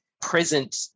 present